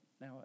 now